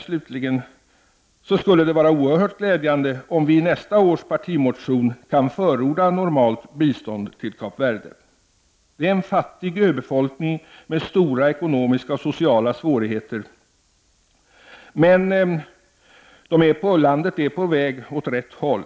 Slutligen skulle det vara oerhört glädjande om vi i nästa års partimotion kunde förorda normalt bistånd till Kap Verde. Det är en fattig öbefolkning med stora ekonomiska och sociala svårigheter, men landet är på väg åt rätt håll.